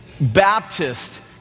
baptist